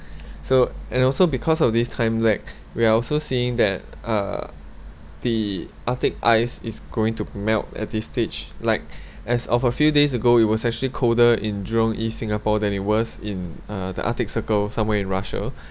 so and also and also because of this time lag we are also seeing that uh the arctic ice is going to melt at this stage like as of a few days ago it was actually colder in jurong east singapore than it was in the uh arctic circle somewhere in Russia